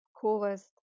coolest